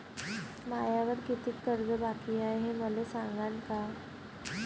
मायावर कितीक कर्ज बाकी हाय, हे मले सांगान का?